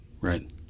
Right